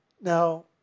Now